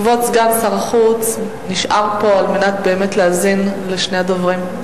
כבוד סגן שר החוץ נשאר פה על מנת באמת להאזין לשני הדוברים,